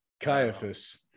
Caiaphas